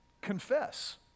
confess